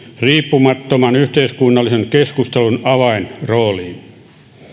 riippumattoman yhteiskunnallisen keskustelun avaajan rooli